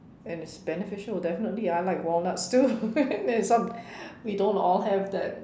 and it's beneficial definitely I like walnuts too and it's not we don't all have that